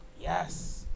yes